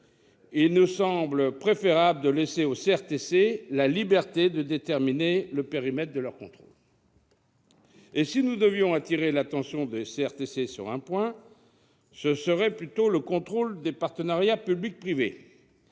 il nous semble préférable de laisser aux CRTC la liberté de déterminer le périmètre de leurs contrôles. Ah ! Si nous devions attirer l'attention des CRTC sur un point, ce serait plutôt le contrôle des partenariats public-privé,